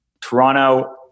Toronto